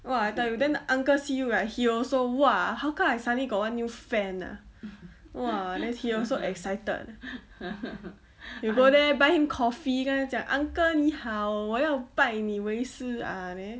!wah! I tell you then the uncle see you right he also !wah! how come I suddenly got one new fan ah !wah! then he also excited you go there buy him coffee 跟他讲 uncle 你好我要拜你为师 ah then